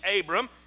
Abram